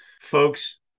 Folks